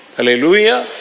Hallelujah